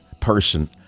person